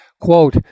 Quote